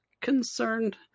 concerned